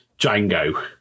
Django